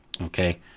okay